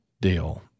deal